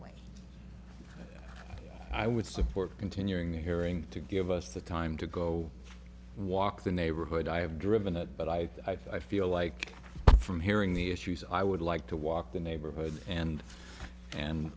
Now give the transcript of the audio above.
way i would support continuing the hearing to give us the time to go walk the neighborhood i have driven it but i thought i feel like from hearing the issues i would like to walk the neighborhood and and